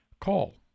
call